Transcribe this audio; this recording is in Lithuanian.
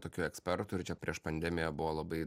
tokių ekspertų ir čia prieš pandemiją buvo labai